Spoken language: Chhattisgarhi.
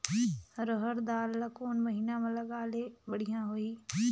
रहर दाल ला कोन महीना म लगाले बढ़िया होही?